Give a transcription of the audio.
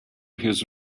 his